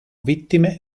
vittime